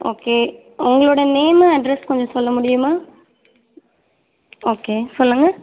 okay உங்களோடய name address கொஞ்சம் சொல்ல முடியுமா ஓகே சொல்லுங்கள்